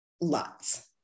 lots